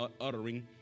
uttering